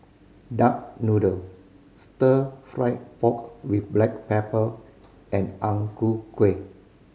duck noodle Stir Fry pork with black pepper and Ang Ku Kueh